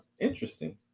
interesting